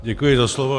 Děkuji za slovo.